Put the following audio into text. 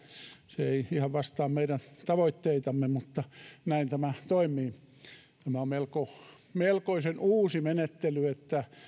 se ei ihan vastaa meidän tavoitteitamme mutta näin tämä toimii tämä on melkoisen uusi menettely että